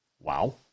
wow